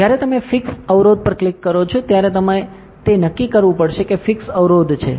જ્યારે તમે ફિક્સ અવરોધ પર ક્લિક કરો છો ત્યારે તમારે તે નક્કી કરવું પડશે કે ફિક્સ અવરોધ છે